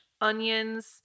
onions